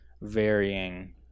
varying